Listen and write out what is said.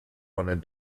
wanted